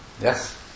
Yes